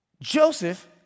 Joseph